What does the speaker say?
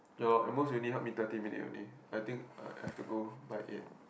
ya lor at most you only help me thirty minutes only I think I I have to go by eight